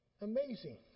Amazing